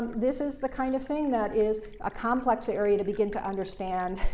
this is the kind of thing that is a complex area to begin to understand,